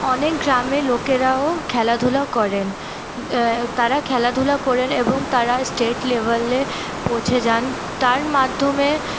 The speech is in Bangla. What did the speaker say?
অনেক গ্রামের লোকেরাও খেলাধুলা করেন তাঁরা খেলাধুলা করে এবং তাঁরা স্টেট লেভেলেও পৌঁছে যান তার মাধ্যমে